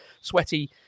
sweaty